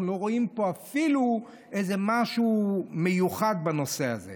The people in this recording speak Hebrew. אנחנו לא רואים פה אפילו איזה משהו מיוחד בנושא הזה.